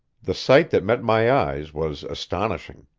the sight that met my eyes was astonishing.